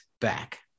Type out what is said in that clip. back